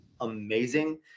amazing